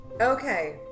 Okay